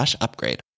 upgrade